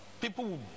people